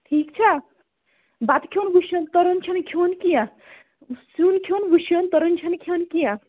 ٹھیٖک چھےٚ بَتہٕ کھیٚون وُشُن تُرُن چھُ نہ کھیٚون کینٛہہ سیُن کھیٚون وُشُن تُرُن چھُ نہ کھیٚون کینٛہہ